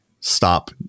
stop